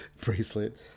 bracelet